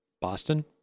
Boston